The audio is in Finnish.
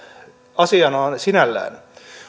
asiana sinällään